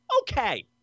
okay